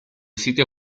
sitio